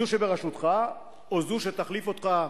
זו שבראשותך, או זו שתחליף אותך בקרוב,